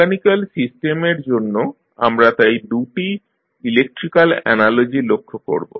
mechanical সিস্টেমের জন্য আমরা তাই 2 টি ইলেক্ট্রিক্যাল অ্যানালজি লক্ষ্য করব